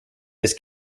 his